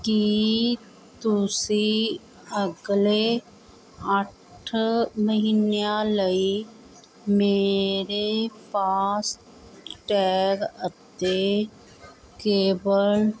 ਕੀ ਤੁਸੀਂਂ ਅਗਲੇ ਅੱਠ ਮਹੀਨਿਆਂ ਲਈ ਮੇਰੇ ਫਾਸਟੈਗ ਅਤੇ ਕੇਬਲ